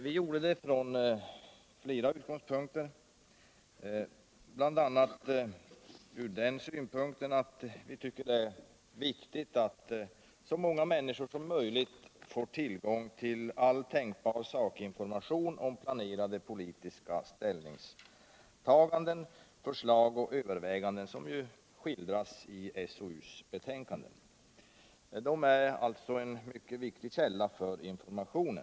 Vi gjorde det från flera utgångspunkter, bl.a. därför att vi tycker att det är viktigt att så många människor som möjligt får tillgång till all tänkbar sakinformation om planerade politiska ställningstaganden, förslag och överväganden som ju skildras i SOU:s betänkanden. De är en mycket viktig källa till information.